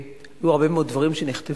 והיו הרבה מאוד דברים שנכתבו,